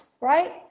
right